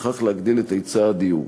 וכך להגדיל את היצע הדיור.